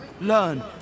Learn